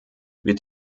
wird